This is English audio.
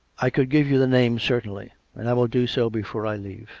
i could give you the names, certainly. and i will do so before i leave